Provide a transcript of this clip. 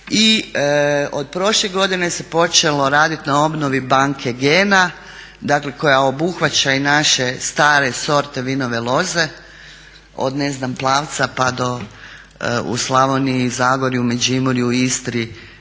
i od prošle godine se počelo raditi na obnovi banke gena, dakle koja obuhvaća i naše stare sorte vinove loze od ne znam Plavca pa do u Slavoniji, Zagorju, Međimurju, Istri